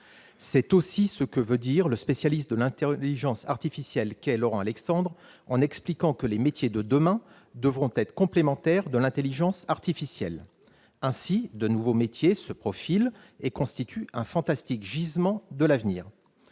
C'est aussi l'analyse du spécialiste de l'intelligence artificielle Laurent Alexandre, qui explique que les métiers de demain devront être complémentaires de l'intelligence artificielle. De nouveaux métiers se profilent donc et constituent un fantastique gisement pour l'avenir.